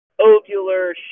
ovular